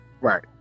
right